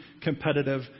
competitive